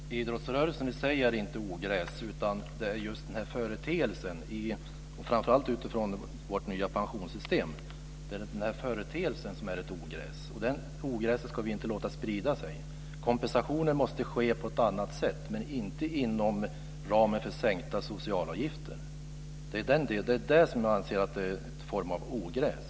Fru talman! Idrottsrörelsen i sig är inget ogräs, utan det är just den här företeelsen, framför allt utifrån vårt nya pensionssystem. Och vi ska inte låta det ogräset sprida sig. Kompensation måste ske på annat sätt men inte inom ramen för sänkta socialavgifter. Det är där som jag ser en form av ogräs.